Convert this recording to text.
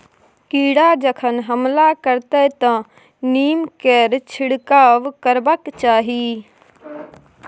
कीड़ा जखन हमला करतै तँ नीमकेर छिड़काव करबाक चाही